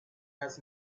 has